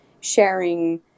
sharing